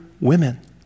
women